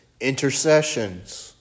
intercessions